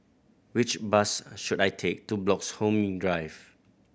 which bus should I take to Bloxhome Drive